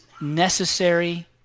necessary